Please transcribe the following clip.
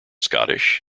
scottish